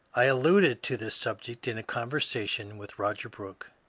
i alluded to this subject in a conversation with roger brooke,